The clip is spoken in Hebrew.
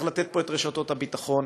צריך לתת פה את רשתות הביטחון.